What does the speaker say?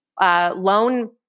loan